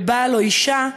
ובעל או אישה,